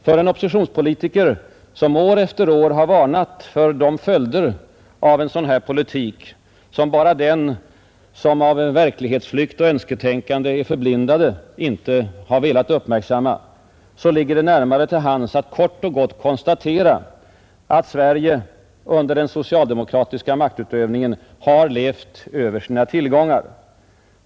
För en oppositionspolitiker, som år efter år har varnat för de följder av en sådan här politik som bara den som av verklighetsflykt och önsketänkande är förblindad inte har velat uppmärksamma, ligger det närmare till hands att kort och gott konstatera att Sverige under den socialdemokratiska maktutövningen har levt över sina tillgångar.